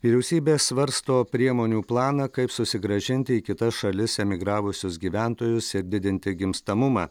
vyriausybė svarsto priemonių planą kaip susigrąžinti į kitas šalis emigravusius gyventojus ir didinti gimstamumą